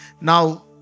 Now